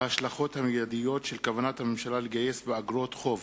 ההשלכות המיידיות של כוונת הממשלה לגייס באיגרות חוב